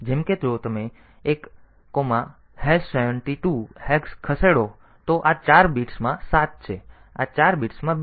જેમ કે જો તમે એક 72 હેક્સ ખસેડો તો આ ચાર બિટ્સમાં 7 છે આ ચાર બિટ્સમાં 2 છે